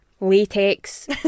latex